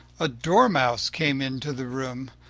a dormouse came into the room,